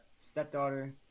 stepdaughter